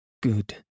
good